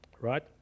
right